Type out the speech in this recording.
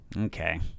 Okay